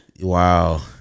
Wow